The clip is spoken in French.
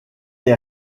est